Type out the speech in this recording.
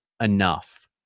enough